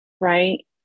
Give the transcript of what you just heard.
right